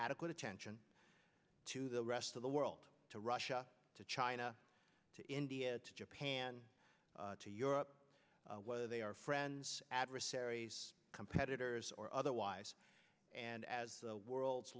adequate attention to the rest of the world to russia to china to india to japan to europe whether they are friends adversaries competitors or otherwise and as the world's